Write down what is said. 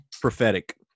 Prophetic